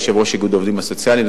יושב-ראש איגוד העובדים הסוציאליים.